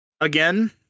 Again